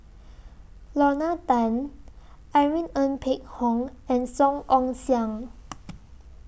Lorna Tan Irene Ng Phek Hoong and Song Ong Siang